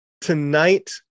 Tonight